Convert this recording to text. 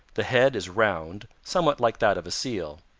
the head is round, somewhat like that of a seal.